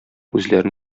үзләрен